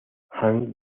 hank